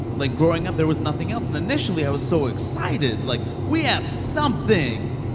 like, growing up, there was nothing else. and initially, i was so excited like, we have something.